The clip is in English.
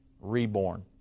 reborn